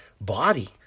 body